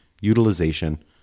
utilization